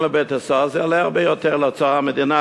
לבית-הסוהר זה יעלה הרבה יותר לאוצר המדינה,